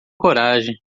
coragem